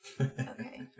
Okay